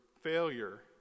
failure